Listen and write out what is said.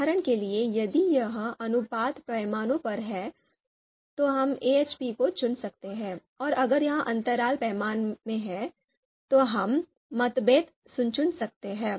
उदाहरण के लिए यदि यह अनुपात पैमाने पर है तो हम AHP को चुन सकते हैं और अगर यह अंतराल पैमाना है तो हम MACBETH चुन सकते हैं